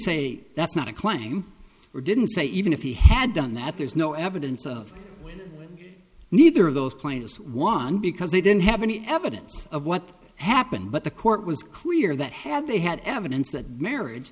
say that's not a claim or didn't say even if he had done that there's no evidence of neither of those plaintiff one because they didn't have any evidence of what happened but the court was clear that had they had evidence that marriage